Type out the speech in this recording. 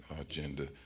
agenda